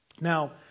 Now